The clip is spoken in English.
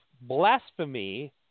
blasphemy